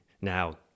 Now